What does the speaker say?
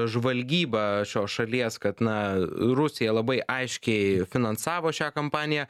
žvalgyba šios šalies kad na rusija labai aiškiai finansavo šią kampaniją